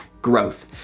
growth